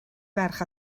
ferch